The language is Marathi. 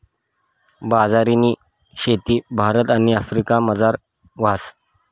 बाजरीनी शेती भारत आणि आफ्रिकामझार व्हस